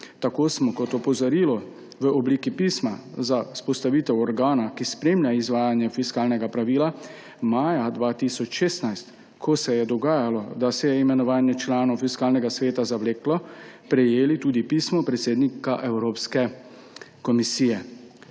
Tako smo kot opozorilo v obliki pisma za vzpostavitev organa, ki spremlja izvajanje fiskalnega pravila, maja 2016, ko se je dogajalo, da se je imenovanje članov Fiskalnega sveta zavleklo, prejeli tudi pismo predsednika Evropske komisije.